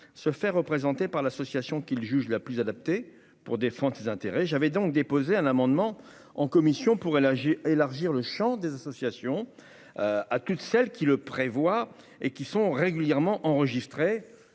se faire représenter par l'association qu'il juge la plus adaptée pour défendre ses intérêts, j'avais donc déposé un amendement en commission pour elle : élargir le Champ des associations à toutes celles qui le prévoit et qui sont régulièrement enregistrés